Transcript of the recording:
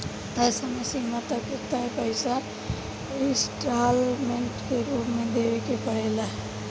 तय समय सीमा तक तय पइसा इंस्टॉलमेंट के रूप में देवे के पड़ेला